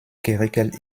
geregelt